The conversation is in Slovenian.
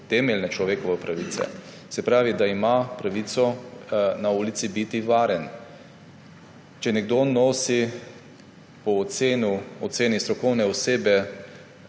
temeljne človekove pravice. Se pravi, da ima pravico na ulici biti varen. Če nekdo po oceni strokovne osebe